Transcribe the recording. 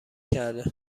کرده